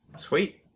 Sweet